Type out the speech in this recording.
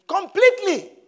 Completely